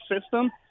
system